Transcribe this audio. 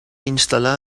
instal·lar